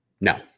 No